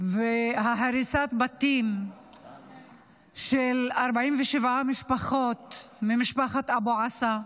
והריסת הבתים של 47 משפחות ממשפחת אבו עסא,